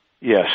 Yes